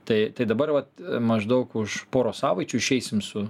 tai tai dabar vat maždaug už poros savaičių išeisim su